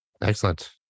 excellent